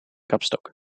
kapstok